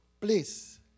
Please